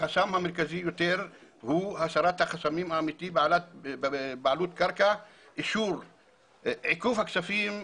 הוא הסרת החסמים האמיתיים בבעלות קרקע ועיכוב הכספים,